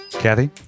Kathy